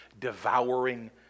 devouring